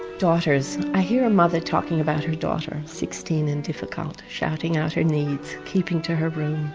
daughters. i hear a mother talking about her daughter sixteen and difficult, shouting out her needs, keeping to her room,